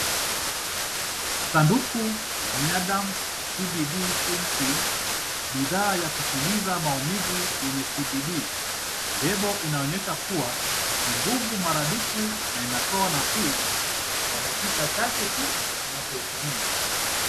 Sanduku la Myaderm CBD pain cream bidhaa ya kutuliza maumivu yenye CBD, lebo inaonyesha kuwa ni nguvu maradufu na inatoa nafuu kwa dakika chache tu unapoitumia.